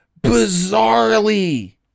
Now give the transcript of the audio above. bizarrely